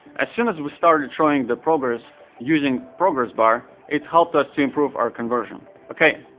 as soon as we started showing the progress using progress bar, it helped us to improve our conversion. okay,